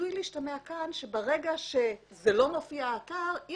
עשוי להשתמע מכאן שברגע שזה לא מופיע באתר אי